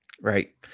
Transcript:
right